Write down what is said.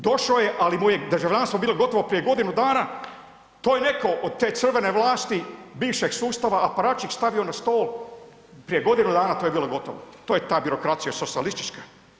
Došo je, ali mu je državljanstvo bilo gotovo prije godinu dana, to je neko od te crvene vlasti bivšeg sustava … [[Govornik se ne razumije]] stavio na stol, prije godinu dana to je bilo gotovo, to je ta birokracija socijalistička.